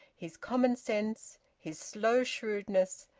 his common sense, his slow shrewdness,